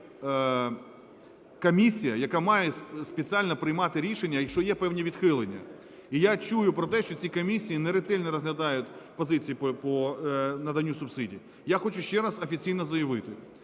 комісія, яка має спеціально приймати рішення, якщо є певні відхилення. І я чую про те, що ці комісії неретельно розглядають позиції по наданню субсидій. Я хочу ще раз офіційно заявити,